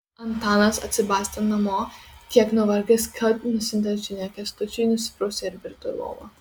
antanas atsibastė namo tiek nuvargęs kad nusiuntęs žinią kęstučiui nusiprausė ir virto į lovą